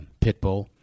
Pitbull